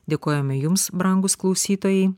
dėkojame jums brangūs klausytojai